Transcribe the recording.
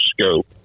scope